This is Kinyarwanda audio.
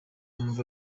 numva